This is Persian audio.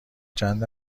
چند